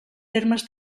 termes